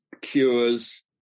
cures